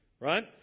right